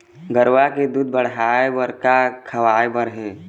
गरवा के दूध बढ़ाये बर का खवाए बर हे?